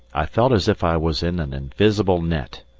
i felt as if i was in an invisible net,